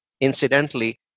incidentally